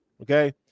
okay